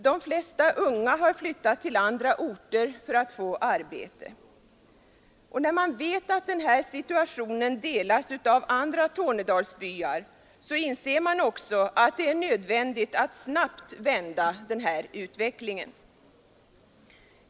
De flesta unga har flyttat till andra orter för att få arbete. När man vet att den situationen delas av andra Tornedalsbyar inser man också att det är nödvändigt att snabbt vända utvecklingen.